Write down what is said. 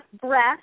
breath